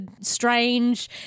strange